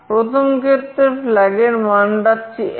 প্রথম ক্ষেত্রে flag এর মান রাখছি 1